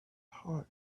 heart